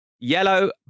Yellow